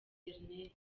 internet